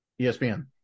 ESPN